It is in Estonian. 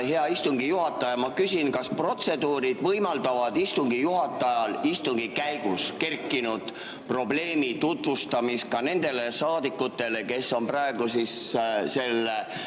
hea istungi juhataja! Ma küsin, kas protseduurid võimaldavad istungi juhatajal istungi käigus kerkinud probleemi tutvustada nendele saadikutele, kes on praegu selle